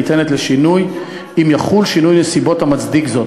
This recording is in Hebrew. הניתנת לשינוי אם יחול שינוי נסיבות המצדיק זאת.